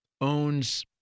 Owns